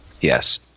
Yes